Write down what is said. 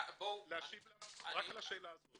בואו --- להשיב לה רק לשאלה הזאת